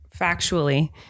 factually